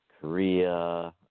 Korea